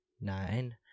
nine